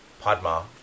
Padma